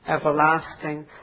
everlasting